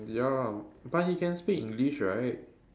ya lah but he can speak English right